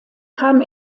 kam